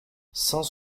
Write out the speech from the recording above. cent